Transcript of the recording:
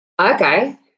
Okay